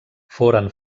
foren